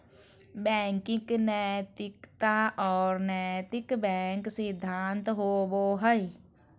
banking नैतिकता और नैतिक बैंक सिद्धांत होबो हइ